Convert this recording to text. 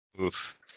Oof